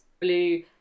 blue